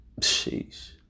sheesh